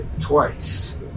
twice